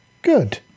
Good